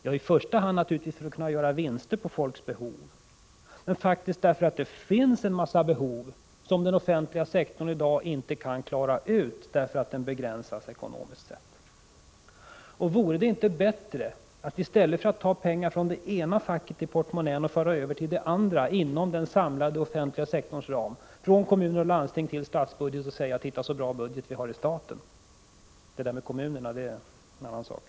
Jo, i första hand naturligtvis för att kunna göra vinster på folks behov men också därför att det faktiskt finns en massa behov som den offentliga sektorn i dag inte kan klara, därför att den begränsas ekonomiskt. Nu för man över pengar från det ena facket i portmonnän till det andra inom den samlade offentliga sektorns ram, från kommuner och landsting till staten, och säger: Titta, så bra budget vi har i staten — det där med kommunerna är en annan sak!